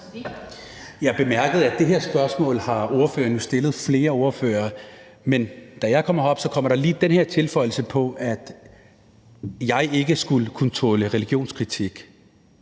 Jeg bemærkede, at det her spørgsmål har ordføreren stillet flere andre ordførere, men da jeg kom herop, kommer der lige den her tilføjelse om, at jeg ikke skulle kunne tåle religionskritik,